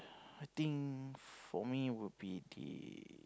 I think for me would be the